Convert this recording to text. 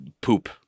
poop